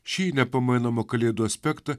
šį nepamainomą kalėdų aspektą